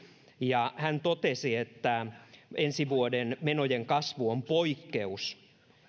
ja hän totesi että ensi vuoden menojen kasvu on poikkeus